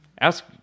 ask